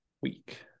week